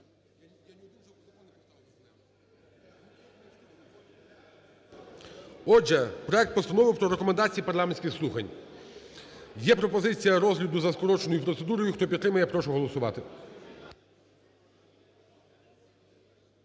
Отже, проект Постанови про Рекомендації парламентських слухань. Є пропозиція розгляду за скороченою процедурою. Хто підтримує – я прошу голосувати.